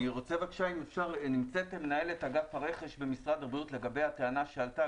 נמצאת כאן מנהלת אגף הרכש במשרד הבריאות לגבי הטענה שעלתה,